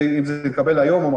זה יתקבל היום או מחר,